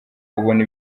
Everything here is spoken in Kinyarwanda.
ubona